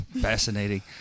fascinating